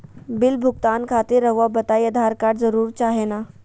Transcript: Bill भुगतान खातिर रहुआ बताइं आधार कार्ड जरूर चाहे ना?